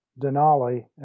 Denali